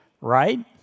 right